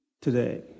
today